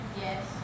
Yes